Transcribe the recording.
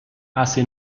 hace